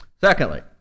Secondly